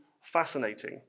fascinating